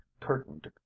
curtained